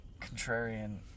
contrarian